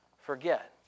forget